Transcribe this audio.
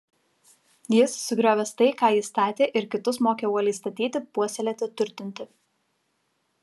jis sugriovęs tai ką ji statė ir kitus mokė uoliai statyti puoselėti turtinti